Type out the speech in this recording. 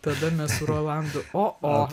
tada mes su rolandu o o